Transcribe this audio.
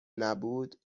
نبود